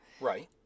Right